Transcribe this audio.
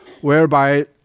whereby